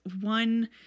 One